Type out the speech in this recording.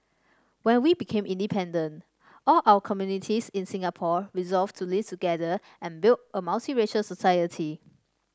when we became independent all our communities in Singapore resolved to live together and build a multiracial society